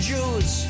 Jews